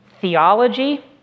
theology